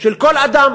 של כל אדם.